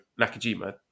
Nakajima